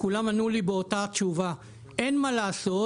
כולם ענו לי את אותה תשובה: אין מה לעשות,